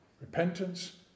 Repentance